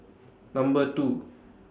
Number two